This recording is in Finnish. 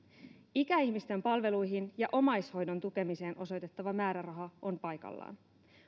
ikäihmisten palveluihin ja omaishoidon tukemiseen osoitettava määräraha on paikallaan